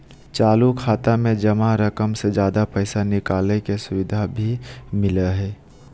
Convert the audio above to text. चालू खाता में जमा रकम से ज्यादा पैसा निकालय के सुविधा भी मिलय हइ